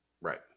Right